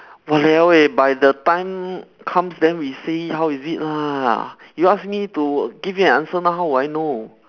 !waliao! eh by the time comes then we see how is it lah you ask me to give you an answer now how would I know